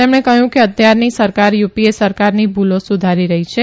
તેમણે કહયું કે અત્યારની સરકાર યુપીએ સરકારની ભુલો સુધારી રહી છે